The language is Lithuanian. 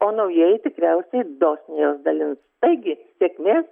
o naujieji tikriausiai dosniai juos dalins taigi sėkmės